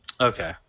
Okay